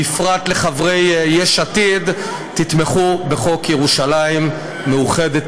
בפרט לחברי יש עתיד, תתמכו בחוק ירושלים מאוחדת.